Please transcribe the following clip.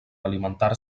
alimentar